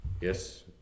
Yes